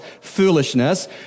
foolishness